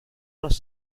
los